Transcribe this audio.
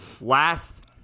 Last